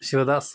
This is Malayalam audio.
ശിവദാസ്